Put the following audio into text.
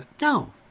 no